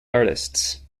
artists